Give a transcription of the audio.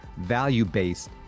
value-based